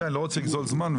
לא רוצה לגזול זמן.